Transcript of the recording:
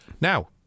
Now